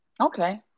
Okay